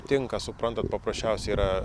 tinka suprantat paprasčiausiai yra